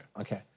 Okay